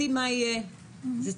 אבל הייתה רפורמה עם הרבה מאוד כסף שהאוצר